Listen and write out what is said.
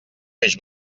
peix